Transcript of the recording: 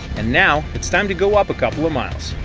and now it's time to go up a couple of miles!